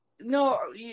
no